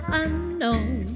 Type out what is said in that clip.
unknown